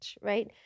right